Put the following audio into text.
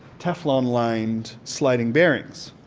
teflon lined sliding bearings.